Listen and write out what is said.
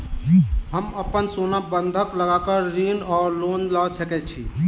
हम अप्पन सोना बंधक लगा कऽ ऋण वा लोन लऽ सकै छी?